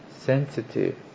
sensitive